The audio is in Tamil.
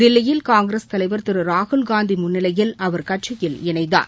தில்லியில் காங்கிரஸ் தலைவர் திருராகுல் காந்திமுன்னிலையில் அவர் கட்சியில் இணைந்தார்